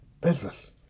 business